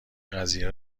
قضیه